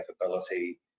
capability